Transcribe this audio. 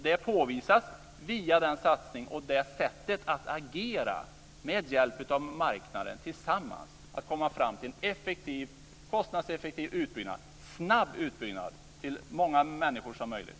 Detta påvisas via satsningen och sättet att agera med hjälp av marknaden, dvs. att komma fram till en kostnadseffektiv snabb utbyggnad till så många människor som möjligt.